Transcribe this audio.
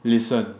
listen